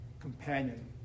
companion